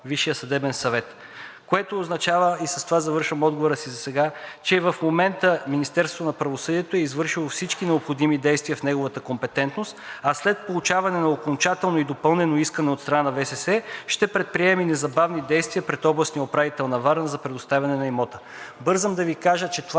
Висшия съдебен съвет, което означава, и с това завършвам отговора си засега, че и в момента Министерството на правосъдието е извършило всички необходими действия в неговата компетентност, а след получаване на окончателно и допълнено искане от страна на ВСС ще предприемем и незабавни действия пред областния управител на Варна за предоставяне на имота. Бързам да Ви кажа, че това,